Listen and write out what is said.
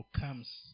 comes